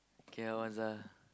K_L once ah